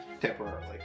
temporarily